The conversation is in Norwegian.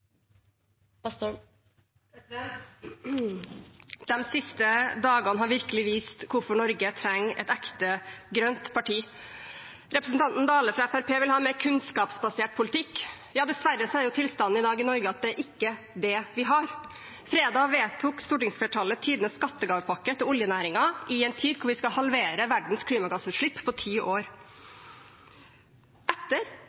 siste dagene har virkelig vist hvorfor Norge trenger et ekte grønt parti. Representanten Dale fra Fremskrittspartiet vil ha mer kunnskapsbasert politikk. Dessverre er situasjonen i Norge i dag at det er ikke det vi har. På fredag vedtok stortingsflertallet tidenes skattegavepakke til oljenæringen, i en tid da vi skal halvere verdens klimagassutslipp på ti år – etter